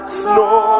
snow